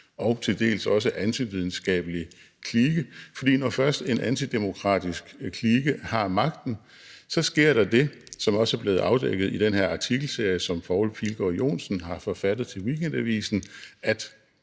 og til dels også antividenskabelig klike, for når først en antidemokratisk klike har magten, sker der det, som også er blevet afdækket i den her artikelserie, som Poul Pilgaard Johnsen har forfattet til Weekendavisen